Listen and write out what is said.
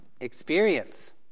experience